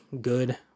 good